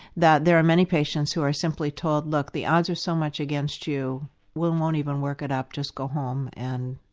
that there are many patients who are simply told look, the odds are so much against you we won't even work it up, just go home and.